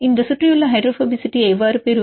இந்த சுற்றியுள்ள ஹைட்ரோபோபசிட்டியை எவ்வாறு பெறுவது